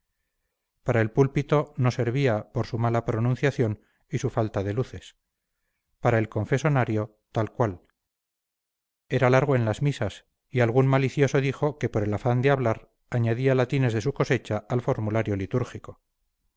para el púlpito no servía por su mala pronunciación y su falta de luces para el confesonario tal cual era largo en las misas y algún malicioso dijo que por el afán de hablar añadía latines de su cosecha al formulario litúrgico